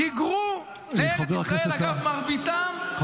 ודאי התנועה הציונית.